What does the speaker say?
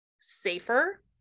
safer